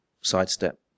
sidestep